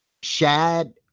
shad